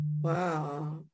Wow